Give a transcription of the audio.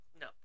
no